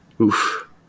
Oof